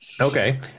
Okay